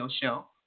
show